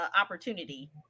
opportunity